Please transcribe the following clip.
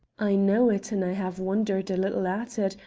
i know it and i have wondered a little at it,